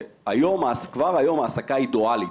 כבר היום העסקה היא דואלית,